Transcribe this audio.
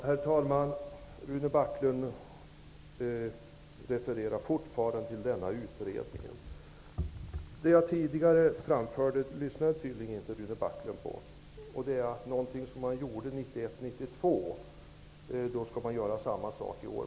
Herr talman! Rune Backlund fortsätter att hänvisa till utredningen. Det jag tidigare framförde lyssnade Rune Backlund tydligen inte på. Man skall tydligen göra samma sak i år som man gjorde 1991/92.